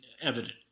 evident